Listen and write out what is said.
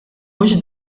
mhux